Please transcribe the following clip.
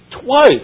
twice